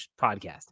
podcast